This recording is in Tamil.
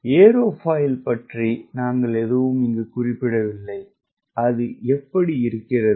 ஏரோஃபாயில் பற்றி நாங்கள் எதுவும் குறிப்பிடவில்லை அது எப்படி இருக்கிறது